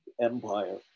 empire